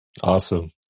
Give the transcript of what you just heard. awesome